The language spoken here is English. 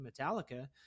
Metallica